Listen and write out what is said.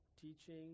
teaching